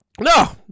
no